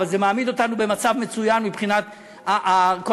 אבל זה מעמיד אותנו במצב מצוין מבחינת כל